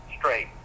straight